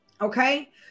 okay